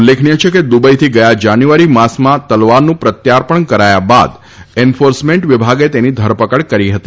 ઉલ્લેખનીય છે કે દુબઇથી ગયા જાન્યુઆરી માસમાં તલવારનું પ્રત્યાર્પણ કરાયા બાદ એન્ફોર્સમેન્ટ વિભાગે તેની ધરપક કરી હતી